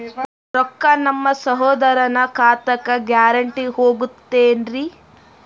ರೊಕ್ಕ ನಮ್ಮಸಹೋದರನ ಖಾತಕ್ಕ ಗ್ಯಾರಂಟಿ ಹೊಗುತೇನ್ರಿ?